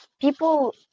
people